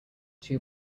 two